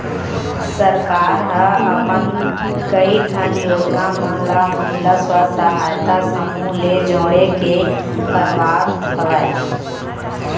सरकार ह अपन कई ठन योजना मन ल महिला स्व सहायता समूह ले जोड़ के करवात हवय